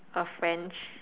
or French